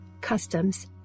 customs